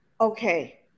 okay